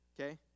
okay